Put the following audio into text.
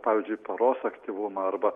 pavyzdžiui paros aktyvumą arba